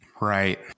Right